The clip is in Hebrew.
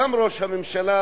גם ראש הממשלה,